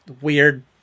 weird